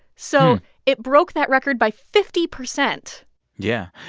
so it broke that record by fifty percent yeah,